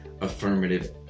affirmative